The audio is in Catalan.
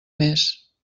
més